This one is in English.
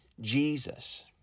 Jesus